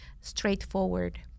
straightforward